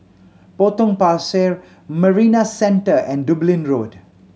Potong Pasir Marina Centre and Dublin Road